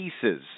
pieces